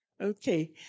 Okay